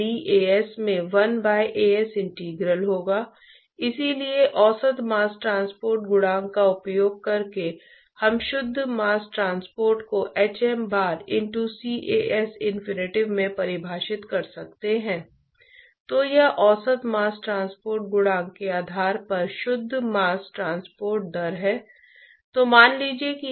तो न्यूटन का शीतलन का नियम आपको बताएगा कि स्थान 1 पर हीट ट्रांसपोर्ट के प्रवाह को स्थानीय तापमान प्रवणता से गुणा करके हीट ट्रांसपोर्ट गुणांक द्वारा दिया जाएगा